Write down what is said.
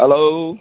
hello